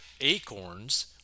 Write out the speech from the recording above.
Acorns